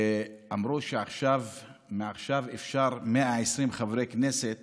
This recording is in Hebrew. ואמרו שמעכשיו יכולים 120 חברי כנסת